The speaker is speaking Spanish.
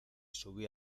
subí